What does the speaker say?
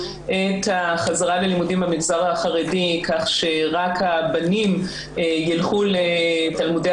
את החזרה ללימודים במגזר החרדי כך שרק הבנים יילכו לתלמודי